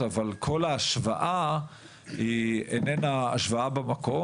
אבל כל ההשוואה היא איננה השוואה במקום,